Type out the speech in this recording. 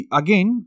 again